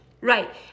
Right